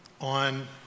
on